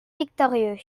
victorieux